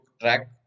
track